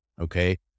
Okay